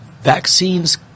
Vaccines